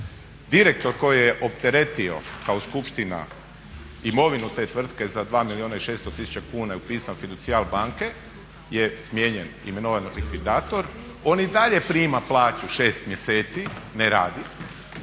Direktor koji je opteretio kao skupština imovinu te tvrtke za 2 milijuna i 600 tisuća kuna je upisan fiducijar banke je smijenjen, imenovan likvidator, on i dalje prima plaću 6 mjeseci, ne radi